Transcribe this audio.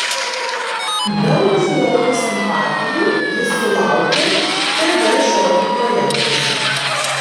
daug žiūrovų simpatijų jis sulaukė tv šokių projektuose